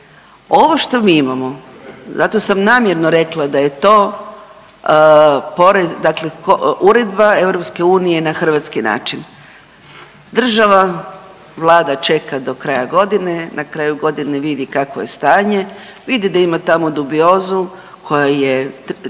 Ovo što mi imamo, zato sam namjerno rekla da je to porez, dakle Uredba EU na hrvatski način. Država, Vlada čeka do kraja godine, na kraju godine vidi kakvo je stanje, vidi da ima tamo dubiozu koja je,